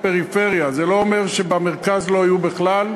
הפריפריה זה לא אומר שבמרכז לא יהיו בכלל,